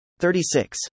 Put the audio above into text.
36